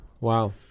Wow